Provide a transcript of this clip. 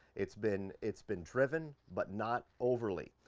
it's been it's been driven but not overly.